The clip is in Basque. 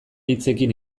hitzekin